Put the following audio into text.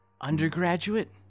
Undergraduate